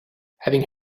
having